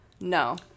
no